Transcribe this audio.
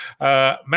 Matt